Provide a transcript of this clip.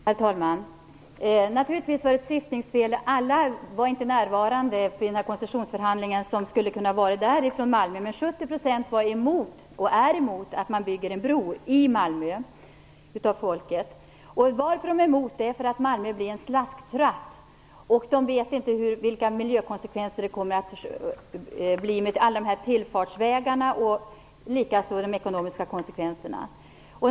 Herr talman! Naturligtvis var det ett syftningsfel. Alla från Malmö som skulle ha kunnat vara där var inte närvarande vid den här koncessionsförhandlingen. Men 70 % av befolkningen är emot att man bygger en bro i Malmö. Anledningen till att de är emot är att Malmö blir en slasktratt. De vet inte vilka miljökonsekvenser alla de här tillfartsvägarna kommer att medföra. Samma sak gäller de ekonomiska konsekvenserna.